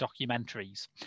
documentaries